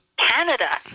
Canada